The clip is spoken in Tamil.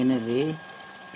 எனவே பி